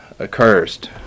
accursed